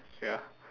ya